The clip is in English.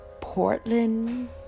Portland